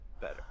better